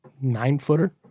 nine-footer